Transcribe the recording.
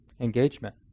engagement